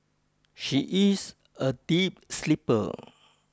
she is a deep sleeper